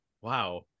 wow